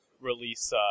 release